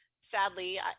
sadly